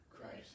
Christ